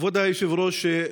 כבוד היושב-ראש,